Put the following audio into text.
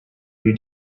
you